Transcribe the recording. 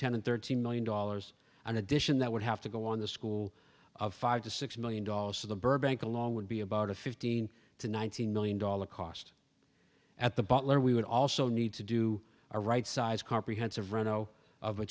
ten and thirteen million dollars an addition that would have to go on the school of five to six million dollars so the burbank along would be about a fifteen to nineteen million dollar cost at the butler we would also need to do a right sized comprehensive row of a